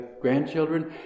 grandchildren